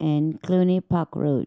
and Cluny Park Road